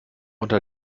unter